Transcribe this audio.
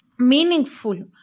meaningful